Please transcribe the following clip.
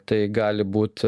tai gali būt